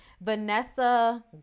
Vanessa